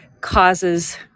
causes